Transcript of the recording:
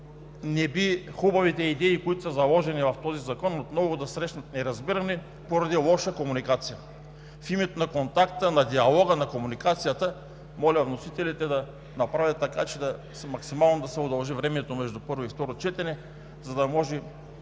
не би хубавите идеи, заложени в този закон, отново да срещнат неразбиране поради лоша комуникация. В името на контакта, на диалога, на комуникацията, моля вносителите да направят така, че максимално да се удължи времето между първо и второ четене, за да може